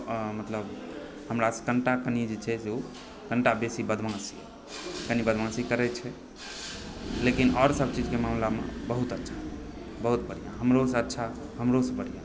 मतलब हमरासँ कनिटा कनि जे छै से ओ कनिटा बेसी बदमाश यऽकनि बदमाशी करइ छै लेकिन और सब चीजकेँ मामलामे बहुत अच्छा बहुत बढ़िआँ हमरो से अच्छा हमरो से बढ़िआँ